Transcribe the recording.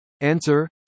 Answer